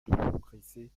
progresser